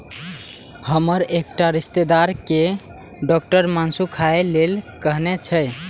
हमर एकटा रिश्तेदार कें डॉक्टर मासु खाय लेल कहने छै